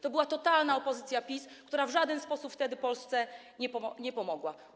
To była totalna opozycja, PiS, która w żaden sposób wtedy Polsce nie pomogła.